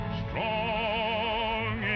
strong